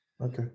Okay